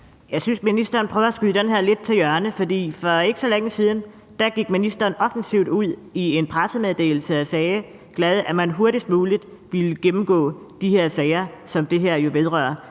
Jeg synes, ministeren prøver at skyde den her lidt til hjørne, fordi for ikke så længe siden gik ministeren offentligt ud og sagde glad i en pressemeddelelse, at man hurtigst muligt ville gennemgå de her sager, som det her jo vedrører.